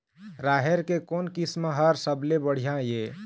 राहेर के कोन किस्म हर सबले बढ़िया ये?